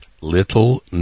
Little